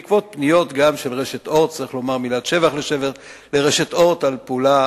בעקבות פניות גם של רשת "אורט" צריך לומר מילת שבח לרשת "אורט" על פעולה